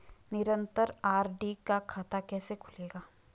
निरन्तर आर.डी का खाता कैसे खुलेगा?